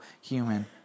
human